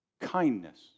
kindness